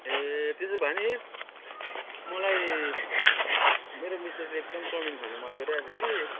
ए त्यसो भए नि मलाई मेरो मिसेसले एकदम चाउमिन खानु मन गरिरहेको छ कि